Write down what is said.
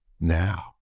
now